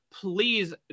Please